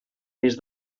mes